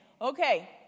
okay